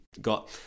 got